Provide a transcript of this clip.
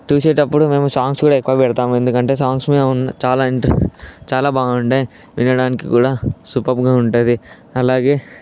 చూసేటప్పుడు మేము సాంగ్సు కూడా ఎక్కువ పెడతాము ఎందుకంటే సాంగ్సు మేము చాలా ఇన్ చాలా బాగుండె వినడానికి కూడా సూపర్బ్గా ఉంటుంది అలాగే